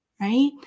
right